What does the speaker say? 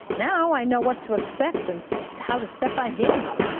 now i know what to expect and so how to step my game up.